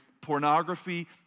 pornography